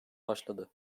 başladı